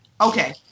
okay